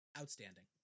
outstanding